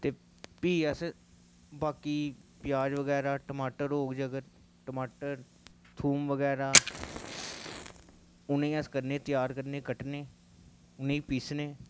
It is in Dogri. ते भी अस बाकी प्याज बगैरा टमाटर होग जेगर टमाटर थोम बगैरा उ'नें गी अस करने त्यार करने कट्टने उ'नें गी पीसने